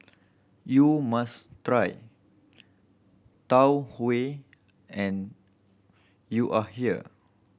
you must try Tau Huay and you are here